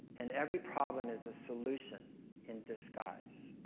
and every problem is a solution in disguise,